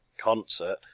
Concert